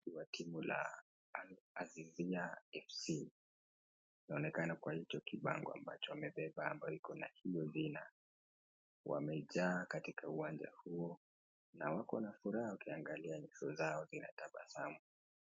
Timu la Al-azizia Fc ,linaonekana kwa hicho kibango wanacho kibeba ambalo lina hilo jina. Wamejaa katika uwanja huo, na wako na furaha ukiangalia nyuso zao zina tabasamu.